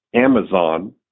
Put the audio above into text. Amazon